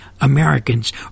Americans